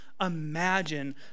imagine